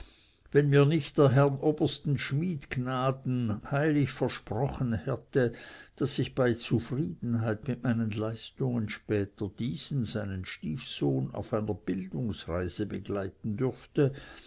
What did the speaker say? wenn mir nicht des herrn obersten schmid gnaden heilig versprochen hätten daß ich bei zufriedenheit mit meinen leistungen später diesen seinen stiefsohn auf einer bildungsreise begleiten dürfte